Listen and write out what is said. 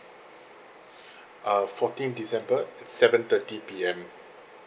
uh fourteen december at seven thirty P_M